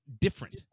different